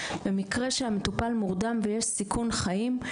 במקרה שהבן אדם מורדם ויש סיכון חיים.